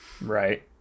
right